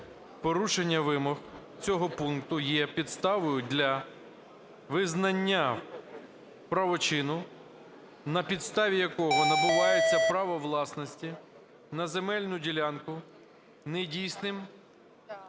"Порушення вимог цього пункту є підставою для визнання правочину, на підставі якого набувається право власності на земельну ділянку недійсним,